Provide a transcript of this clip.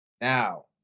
Now